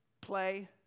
play